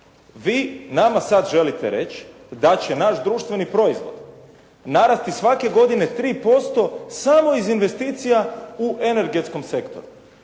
Vi nama sada želite reći, da će naš društveni proizvod narasti svake godine 3% samo iz investicija u energetskom sektoru.